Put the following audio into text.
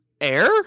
Air